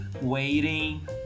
waiting